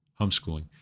homeschooling